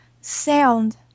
sound